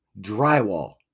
drywall